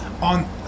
On